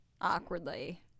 awkwardly